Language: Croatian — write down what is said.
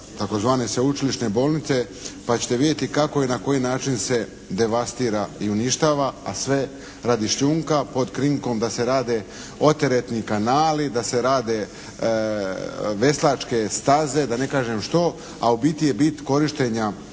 tzv. Sveučilišne bolnice, pa ćete vidjeti kako i na koji način se devastira i uništava a sve radi šljunka pod krinkom da se rade oteretni kanali, da se rade veslačke staze da ne kažem što, a u biti je bit korištenja